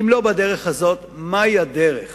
אם לא בדרך הזאת, מהי הדרך